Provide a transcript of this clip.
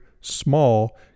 small